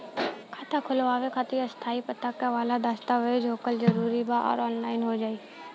खाता खोलवावे खातिर स्थायी पता वाला दस्तावेज़ होखल जरूरी बा आ सब ऑनलाइन हो जाई?